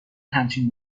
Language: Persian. همچین